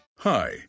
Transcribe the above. Hi